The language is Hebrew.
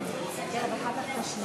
חברים, רק אני